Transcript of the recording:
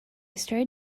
started